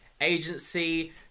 agency